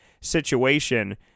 situation